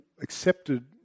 accepted